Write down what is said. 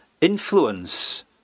influence